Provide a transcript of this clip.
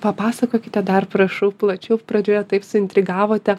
papasakokite dar prašau plačiau pradžioje taip suintrigavote